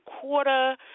quarter